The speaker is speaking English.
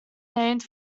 named